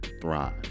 thrive